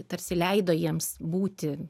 tarsi leido jiems būti